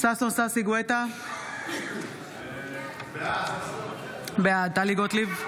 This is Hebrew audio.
ששון ששי גואטה, בעד טלי גוטליב,